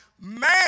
man